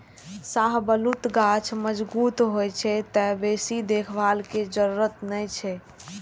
शाहबलूत गाछ मजगूत होइ छै, तें बेसी देखभाल के जरूरत नै छै